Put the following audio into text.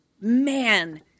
man